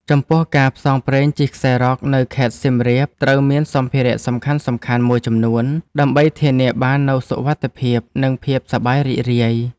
ចំពោះ ការផ្សងព្រេងជិះខ្សែរ៉កនៅខេត្តសៀមរាបត្រូវមានសម្ភារៈសំខាន់ៗមួយចំនួន ដើម្បីធានាបាននូវសុវត្ថិភាព និងភាពសប្បាយរីករាយ។